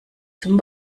zum